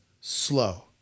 Slow